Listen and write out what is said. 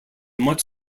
much